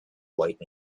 white